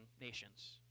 nations